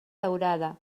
daurada